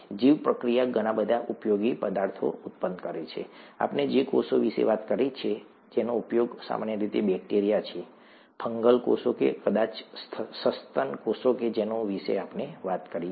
જીવપ્રક્રિયા ઘણા બધા ઉપયોગી પદાર્થો ઉત્પન્ન કરે છે આપણે જે કોષો વિશે વાત કરી છે કે જેનો ઉપયોગ સામાન્ય રીતે તે બેક્ટેરિયા છે ફંગલ કોષો કે કદાચ સસ્તન કોષો કે જેના વિશે આપણે વાત કરી છે